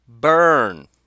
burn